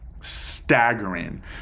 staggering